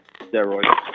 steroids